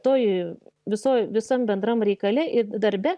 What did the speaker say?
toj visoj visam bendram reikale ir darbe